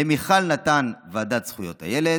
למיכל נתן ועדת זכויות הילד,